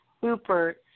super